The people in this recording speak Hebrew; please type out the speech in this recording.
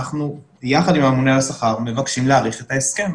אנחנו יחד עם הממונה על השכר מבקשים להאריך את ההסכם.